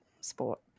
sport